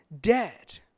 dead